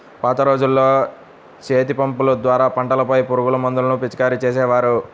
పాత రోజుల్లో చేతిపంపుల ద్వారా పంటలపై పురుగుమందులను పిచికారీ చేసేవారు